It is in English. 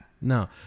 No